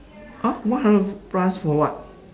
!huh! one hundred plus for what